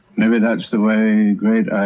maybe that's the way great